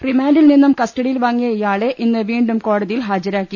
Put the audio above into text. റിമാൻഡിൽ നിന്നും കസ്റ്റഡിയിൽ വാങ്ങിയ ഇയാളെ ഇന്ന് വീണ്ടും കോടതിയിൽ ഹാജരാക്കി